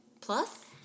Plus